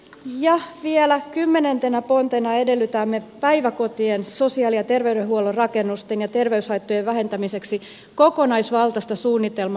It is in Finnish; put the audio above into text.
ja vielä kymmenentenä pontena edellytämme päiväkotien sosiaali ja terveydenhuollon rakennusten kunnostamiseksi ja terveyshaittojen vähentämiseksi kokonaisvaltaista suunnitelmaa